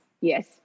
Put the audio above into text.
yes